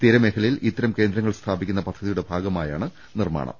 തീരമേ ഖലയിൽ ഇത്തരം കേന്ദ്രങ്ങൾ സ്ഥാപിക്കുന്ന പദ്ധതിയുടെ ഭാഗമായാണ് നിർമ്മാണം